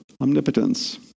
omnipotence